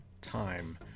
time